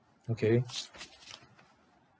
okay